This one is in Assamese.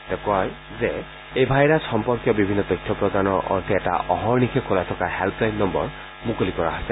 তেওঁ কয় যে এই ভাইৰাছ সম্পৰ্কীয় বিভিন্ন তথ্য প্ৰদানৰ অৰ্থে এটা অহৰ্নিশে খোলা থকা হেল্প লাইন নম্বৰ মুকলি কৰা হৈছে